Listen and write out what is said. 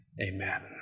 Amen